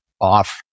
off